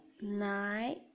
nine